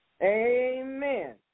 Amen